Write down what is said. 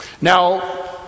Now